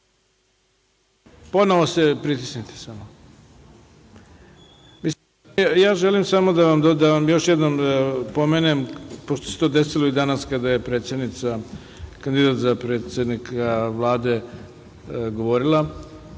Ponovo pritisnite. Želim samo da vam još jednom pomenem, pošto se to desilo i danas kada je kandidat za predsednika Vlade govorila,